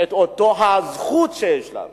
אותה הזכות שיש לנו.